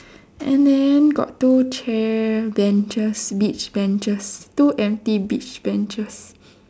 and then got two chair benches beach benches two empty beach benches